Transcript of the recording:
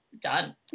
done